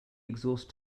exhaust